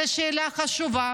זו שאלה חשובה,